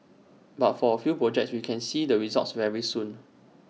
but for A few projects we can see the results very soon